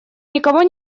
никого